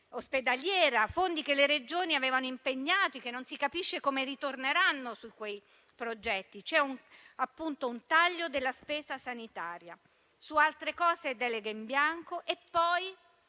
ospedaliera, fondi che le Regioni avevano impegnato e che non si capisce come ritorneranno su quei progetti. C'è, appunto, un taglio della spesa sanitaria. Su altre tematiche vediamo deleghe in bianco; e poi